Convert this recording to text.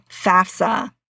FAFSA